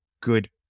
good